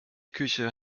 küche